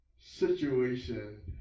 situation